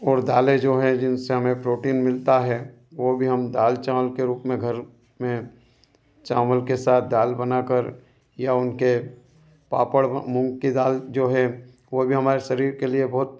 ओर दालें जो हैं जिनसे हमें प्रोटीन मिलता है वो भी हम दाल चावल के रूप में घर में चावल के साथ दाल बनाकर या उनके पापड़ वा मूंग की दाल जो है वो भी हमारे शरीर के लिए बहुत